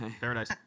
Paradise